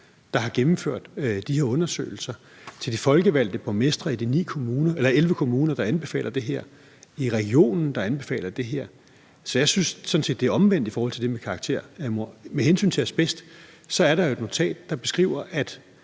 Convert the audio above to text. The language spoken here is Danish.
der har gennemført de her undersøgelser, til de folkevalgte borgmestre i de 11 kommuner, der anbefaler det her, og til regionen, der anbefaler det her. Så jeg synes sådan set, at det er omvendt i forhold til det med karaktermord. Med hensyn til det om asbest vil jeg sige, at der jo er et notat, der beskriver, at